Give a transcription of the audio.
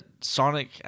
Sonic